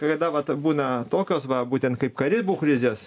kada vat būna tokios va būtent kaip karibų krizės